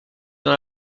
dans